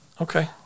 Okay